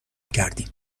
کردیم